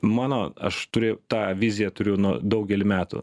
mano aš turiu tą viziją turiu nuo daugelį metų